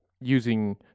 using